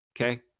okay